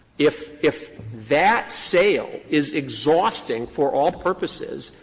if if that sale is exhausting for all purposes,